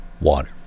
water